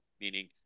meaning